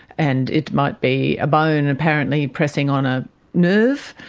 and it might be a bone apparently pressing on a nerve,